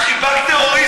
את חיבקת טרוריסטים.